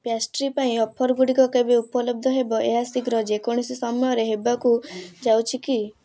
pastry ପାଇଁ ଅଫର୍ଗୁଡ଼ିକ କେବେ ଉପଲବ୍ଧ ହେବ ଏହା ଶୀଘ୍ର ଯେକୌଣସି ସମୟରେ ହେବାକୁ ଯାଉଛି କି